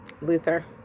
luther